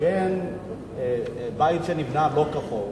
בין בית שנבנה שלא כחוק